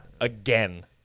Again